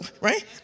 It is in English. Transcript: right